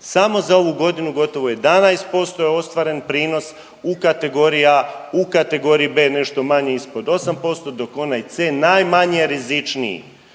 Samo za ovu godinu, gotovo 11% je ostvaren prinos u kategoriji A, u kategoriji B nešto manje ispod 8%, dok onaj C, najmanje rizičniji,